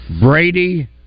Brady